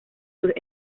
sus